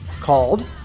called